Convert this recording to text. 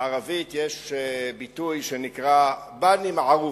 בערבית יש ביטוי שנקרא "בני מערוף".